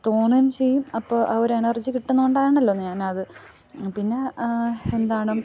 തോന്നുകയു ചെയ്യും അപ്പോൾ ആ ഒരു എനർജി കിട്ടുന്നുണ്ടാണല്ലോ ഞാനത് പിന്നെ എന്താണ്